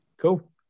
Cool